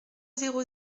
zéro